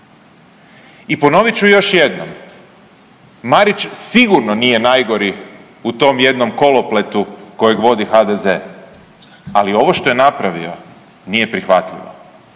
I ponovit ću još jednom, Marić sigurno nije najgori u tom jednom kolopletu kojeg vodi HDZ, ali ovo što je napravio nije prihvatljivo.